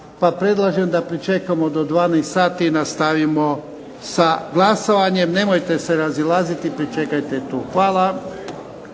pa predlažem da pričekamo do 12 sati i nastavimo sa glasovanjem. Nemojte se razilaziti, pričekajte tu. Hvala.